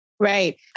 Right